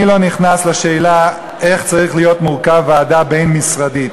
אני לא נכנס לשאלה איך צריכה להיות מורכבת ועדה בין-משרדית.